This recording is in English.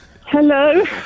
hello